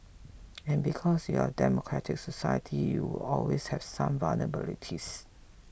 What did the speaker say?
and because your a democratic society you will always have some vulnerabilities